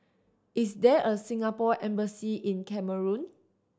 is there a Singapore Embassy in Cameroon